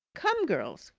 come, girls,